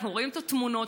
אנחנו רואים את התמונות,